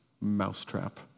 Mousetrap